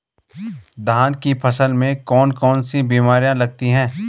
धान की फसल में कौन कौन सी बीमारियां लगती हैं?